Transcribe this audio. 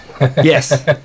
yes